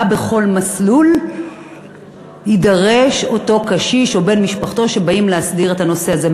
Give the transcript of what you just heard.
ימה יידרש בכל מסלול אותו קשיש כשבאים להסדיר את הנושא הזה,